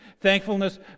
Thankfulness